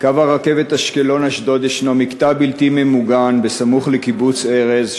בקו הרכבת אשקלון אשדוד יש מקטע בלתי ממוגן סמוך לקיבוץ ארז,